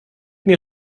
mir